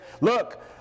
look